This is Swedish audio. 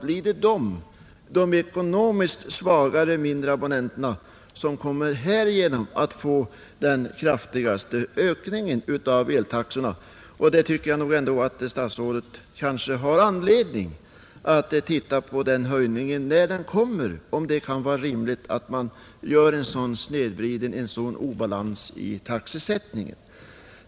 Framför allt får de ekonomiskt svagare abonnenterna härigenom den kraftigaste ökningen av eltaxorna. Jag tycker nog ändå att statsrådet kanske har anledning att se på den höjningen när den kommer och bedöma om det kan vara rimligt att man åstadkommer en sådan snedvridning och orättvisa i taxesättningen.